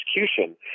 execution